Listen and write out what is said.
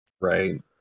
right